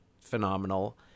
phenomenal